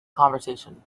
conversation